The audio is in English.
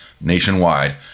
nationwide